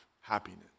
happiness